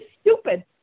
stupid